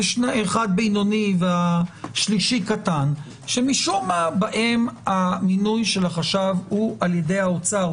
אחד בינוני והשלישי קטן שמשום מה בהם מינוי החשב הוא על-ידי האוצר.